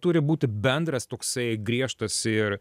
turi būti bendras toksai griežtas ir